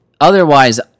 Otherwise